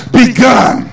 begun